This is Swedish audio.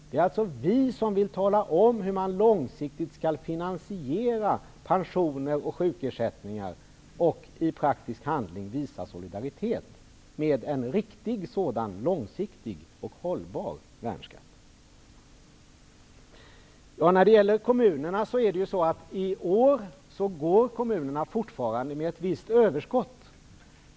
Det är alltså vi som vill tala om hur man långsiktigt skall finansiera pensioner och sjukersättningar och i praktisk handling visa solidaritet med en riktig långsiktig och hållbar värnskatt. Kommunerna får i år fortfarande ett visst överskott.